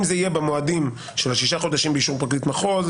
אם זה יהיה במועד של ששת החודשים של אישור פרקליט מחוז,